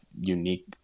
unique